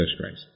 Christ